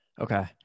Okay